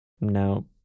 No